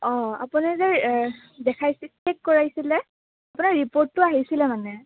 অঁ আপুনি যে দেখাইছিলে চেক কৰাইছিলে আপোনাৰ ৰিপৰ্টটো আহিছিলে মানে